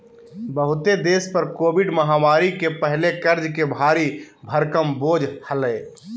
बहुते देश पर कोविड महामारी के पहले कर्ज के भारी भरकम बोझ हलय